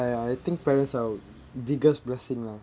I think parents are biggest blessing lah